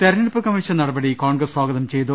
തെരഞ്ഞെടുപ്പ് കമ്മീഷൻ നടപടി കോൺഗ്രസ് സ്വാഗതം ചെയ്തു